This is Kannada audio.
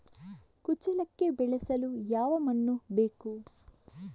ಕುಚ್ಚಲಕ್ಕಿ ಬೆಳೆಸಲು ಯಾವ ಮಣ್ಣು ಬೇಕು?